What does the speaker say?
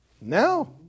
Now